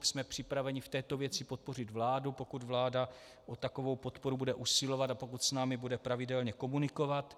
Jsme připraveni v této věci podpořit vládu, pokud vláda o takovou podporu bude usilovat a pokud s námi bude pravidelně komunikovat.